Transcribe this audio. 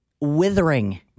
withering